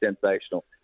sensational